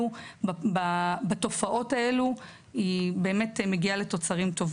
קודם כל, באמת, תודה שיש את הדיון המאוד מאוד חשוב